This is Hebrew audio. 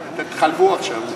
תתחלפו עכשיו.